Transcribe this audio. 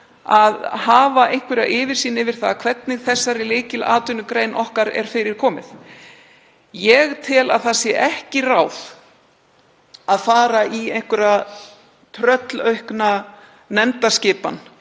að hafa einhverja yfirsýn yfir það hvernig þessari lykilatvinnugrein okkar er fyrir komið. Ég tel að það sé ekki ráð að fara í einhverja tröllaukna nefndaskipan